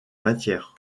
matière